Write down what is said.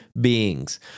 beings